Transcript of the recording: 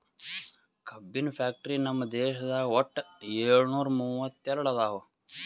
ಕಬ್ಬಿನ್ ಫ್ಯಾಕ್ಟರಿ ನಮ್ ದೇಶದಾಗ್ ವಟ್ಟ್ ಯೋಳ್ನೂರಾ ಮೂವತ್ತೆರಡು ಅದಾವ್